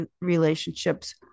relationships